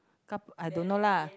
coup~ I don't know lah